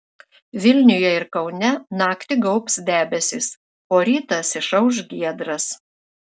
vilniuje ir kaune naktį gaubs debesys o rytas išauš giedras